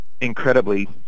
incredibly